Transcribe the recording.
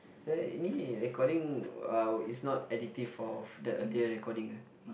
recording uh is not additive of the idea recording